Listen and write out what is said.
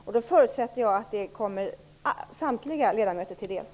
Jag förutsätter att det kommer samtliga ledamöter till del.